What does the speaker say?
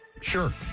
Sure